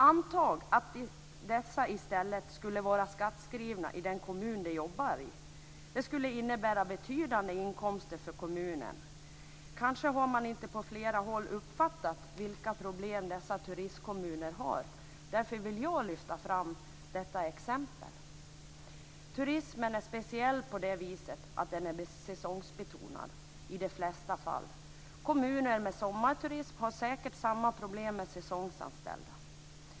Anta att dessa säsongsanställda skulle vara skattskrivna i den kommun de jobbar i. Det skulle innebära betydande inkomster för kommunen. På många håll har man kanske inte uppfattat vilka problem dessa turistkommuner har. Därför vill jag lyfta fram detta exempel. Turismen är speciell såtillvida att den i de flesta fall är säsongsbetonad. Kommuner med sommarturism har säkert samma problem med säsongsanställda.